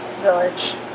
village